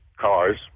cars